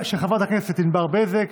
של חברת הכנסת ענבר בזק,